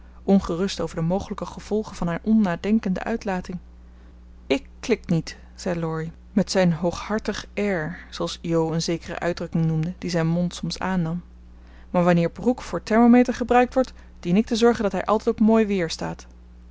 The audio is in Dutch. ongerust over de mogelijke gevolgen van haar onnadenkende uitlating ik klik niet zei laurie met zijn hooghartig air zooals jo een zekere uitdrukking noemde die zijn mond soms aannam maar wanneer brooke voor thermometer gebruikt wordt dien ik te zorgen dat hij altijd op mooi weer staat